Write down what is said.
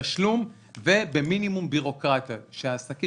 בתשלום ובמינימום בירוקרטיה כדי שהעסקים